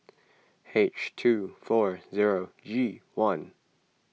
H two four zero G one